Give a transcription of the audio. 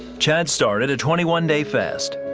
chad started a twenty one day fast.